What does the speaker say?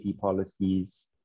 policies